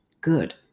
Good